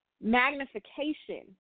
magnification